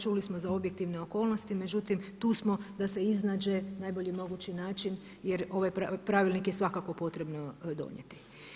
Čuli smo za objektivne okolnosti, međutim, tu smo da se iznađe najbolji mogući način jer ovaj pravilnik je svakako potrebno donijeti.